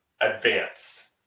Advance